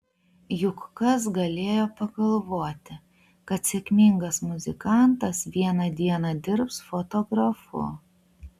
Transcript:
juk kas galėjo pagalvoti kad sėkmingas muzikantas vieną dieną dirbs fotografu